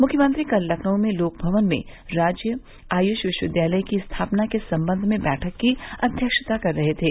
मुख्यमंत्री कल लखनऊ में लोकभवन में राज्य आयुष विश्वविद्यालय की स्थापना के संबंध में बैठक की अध्यक्षता कर रहे थे